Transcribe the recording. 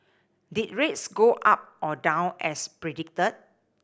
did rates go up or down as predicted